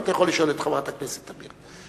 אתה יכול לשאול את חברת הכנסת תמיר.